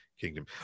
kingdom